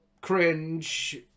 cringe